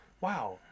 wow